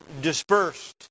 dispersed